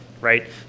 right